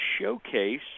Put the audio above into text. showcase